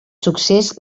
succés